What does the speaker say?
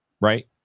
Right